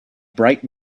bright